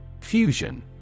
Fusion